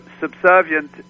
subservient